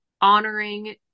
honoring